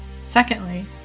Secondly